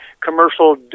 commercial